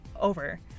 over